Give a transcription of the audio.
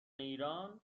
ایران